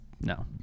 no